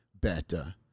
better